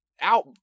out